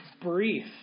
brief